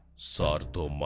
saw